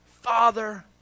Father